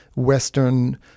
Western